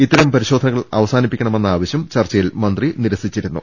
ഇത്തരം പരിശോധനകൾ അവസാനിപ്പിക്കണ മെന്ന ആവശ്യം ചർച്ചയിൽ മന്ത്രി നിരസിച്ചിരുന്നു